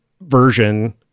version